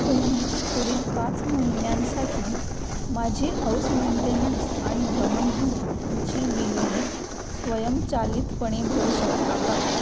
तुम्ही पुढील पाच महिन्यांसाठी माझी हाउस मेंटेनन्स आणि भ्रमणध्वनी ची बिले स्वयंचलितपणे भरू शकता का